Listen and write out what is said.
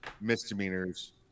misdemeanors